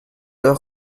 heure